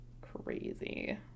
Crazy